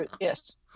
Yes